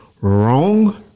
wrong